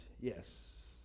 Yes